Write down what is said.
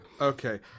Okay